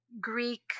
greek